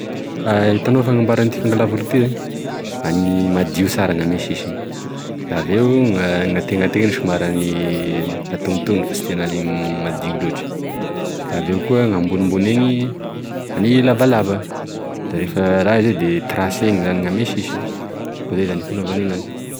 Itanao fanambara ty fangala voloko ety zay hany ame madio sara gn'ame sisiny aveo gn'antenantenany somary antonotoniny fa sy tena le madio loatry aveo koa gn'ambonimbony eny hany lavalava da refa raha e zay de trasena zany gn'ame sisiny koa zay zany e gn'hanaovany enazy.